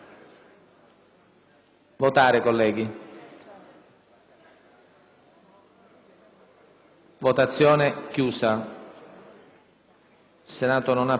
Il Senato non approva.